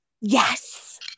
Yes